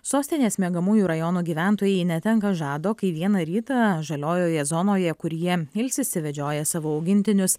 sostinės miegamųjų rajonų gyventojai netenka žado kai vieną rytą žaliojoje zonoje kur jie ilsisi vedžioja savo augintinius